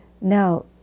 Now